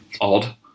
Odd